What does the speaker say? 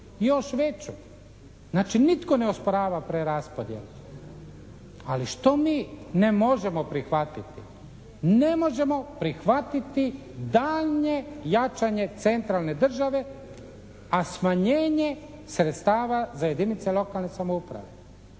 još veću. Znači, nitko ne osporava preraspodjelu. Ali što mi ne možemo prihvatiti? Ne možemo prihvatiti daljnje jačanje centralne države a smanjenje sredstava za jedinice lokalne samouprave